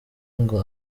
ngo